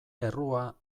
errua